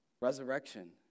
Resurrection